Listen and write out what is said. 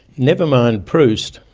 never mind proust,